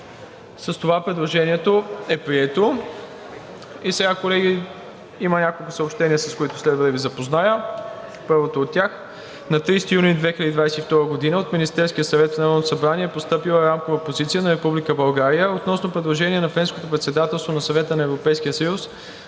С това предложението е прието. Колеги, има няколко съобщения, с които следва да Ви запозная. На 30 юни 2022 г. от Министерския съвет в Народното събрание е постъпила Рамкова позиция на Република България относно предложение на Френското председателство на Съвета на Европейския съюз